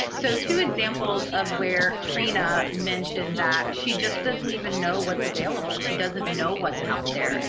so two examples of where trina mentioned that she just doesn't even know what's available. she doesn't know what's out there.